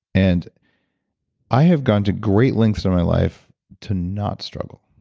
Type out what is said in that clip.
and i have gone to great lengths in my life to not struggle.